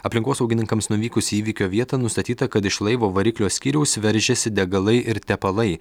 aplinkosaugininkams nuvykus į įvykio vietą nustatyta kad iš laivo variklio skyriaus veržėsi degalai ir tepalai